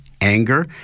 anger